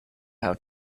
how